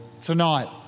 tonight